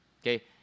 okay